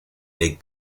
big